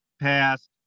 passed